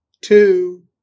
two